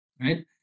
right